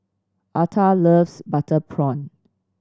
Altha loves butter prawn